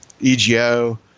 EGO